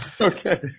Okay